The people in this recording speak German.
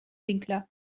winkler